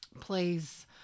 plays